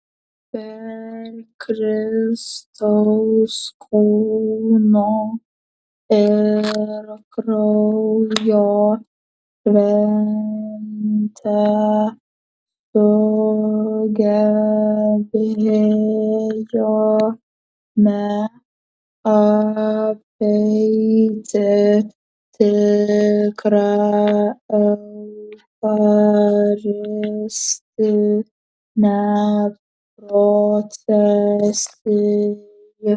per kristaus kūno ir kraujo šventę sugebėjome apeiti tikrą eucharistinę procesiją